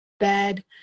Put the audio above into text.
bed